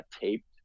taped